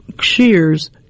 shears